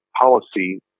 policy